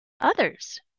others